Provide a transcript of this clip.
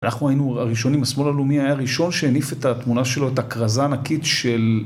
אנחנו היינו הראשונים, השמאל הלאומי היה הראשון שהניף את התמונה שלו, את הכרזה הענקית של...